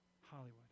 Hollywood